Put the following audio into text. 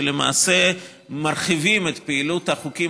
שבו למעשה מרחיבים את פעילות החוקים